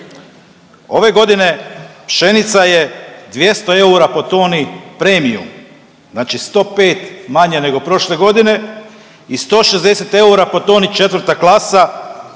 ove godine pšenica je 200 eura po toni premium, znači 105 manje nego prošle godine i 160 eura po toni 4. klasa,